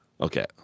Okay